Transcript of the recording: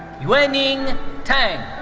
yuening tang.